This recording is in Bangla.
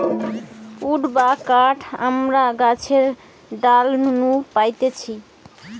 উড বা কাঠ আমরা গাছের ডাল নু পাইতেছি